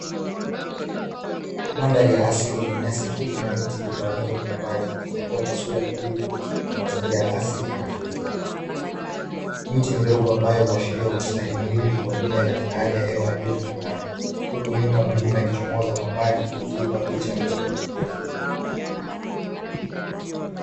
Mandhari ya asili yenye nyasi fupi na miti iliyotawanyika kwa umbali inayotoa taswira tulivu ya mazingira asili ya Africa, miti midogo ambayo huashiria ustahimilivu wa mimea katika hali ya hewa yajoto na kame huku nyuma milima ikichomoza kwa mbali ikiipa picha ya mvuto kijeografia.